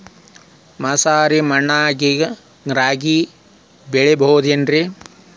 ಮಸಾರಿ ಮಣ್ಣಾಗ ರಾಗಿ ಬೆಳಿಬೊದೇನ್ರೇ?